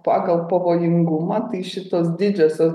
pagal pavojingumą tai šitos didžiosios